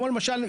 כמו למשל,